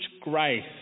grace